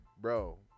bro